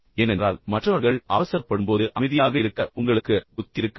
ஏனென்றால் மற்றவர்கள் அவசரப்படும்போது அமைதியாக இருக்க உங்களுக்கு புத்தி இருக்க வேண்டும்